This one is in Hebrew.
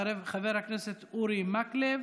חבר הכנסת אורי מקלב,